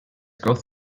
growth